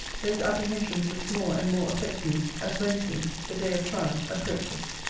those apprehensions which more and more affect me, as wednesday, the day of trial, approaches.